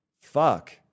Fuck